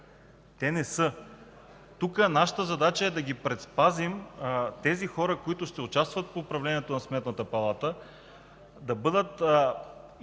те не са. Нашата задача е да предпазим тези хора, които ще участват в управлението на Сметната палата, да бъдат изкушени